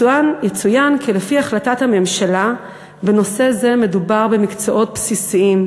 יצוין כי לפי החלטת הממשלה בנושא זה מדובר במקצועות בסיסיים,